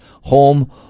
home